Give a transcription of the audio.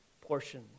portion